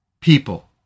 people